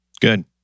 Good